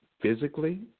physically